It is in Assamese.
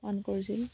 পৰিধান কৰিছিল